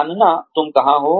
जानना तुम कहां हो